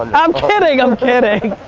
i'm kidding, i'm kidding.